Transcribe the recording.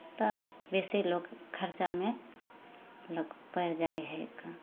तऽ बेसी लोक खर्चामे लोक पड़ि जाइ हइ कन